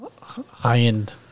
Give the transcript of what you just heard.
High-end